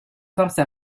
forze